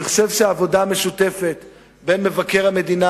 אני חושב שהעבודה המשותפת בין מבקר המדינה